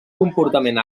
comportament